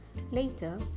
Later